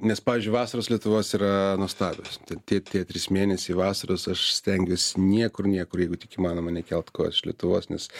nes pavyzdžiui vasaros lietuvos yra nuostabios ten tie tie trys mėnesiai vasaros aš stengiuos niekur niekur jeigu tik įmanoma nekelt kojos iš lietuvos nes